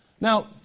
Now